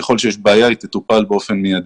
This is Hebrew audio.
ככל שיש בעיה, היא תטופל באופן מיידי.